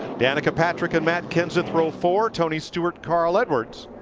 danica patrick and matt kenseth row four. tony stewart, carl edwards,